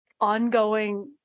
ongoing